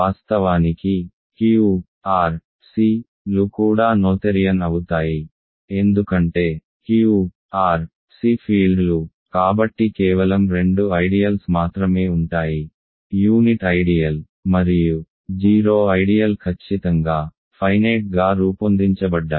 వాస్తవానికి Q R C లు కూడా నోథెరియన్ అవుతాయి ఎందుకంటే Q R C ఫీల్డ్లు కాబట్టి కేవలం రెండు ఐడియల్స్ మాత్రమే ఉంటాయి యూనిట్ ఐడియల్ మరియు 0 ఐడియల్ ఖచ్చితంగా ఫైనేట్ గా రూపొందించబడ్డాయి